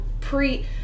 pre